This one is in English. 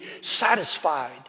satisfied